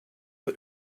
but